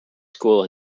school